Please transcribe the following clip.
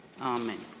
Amen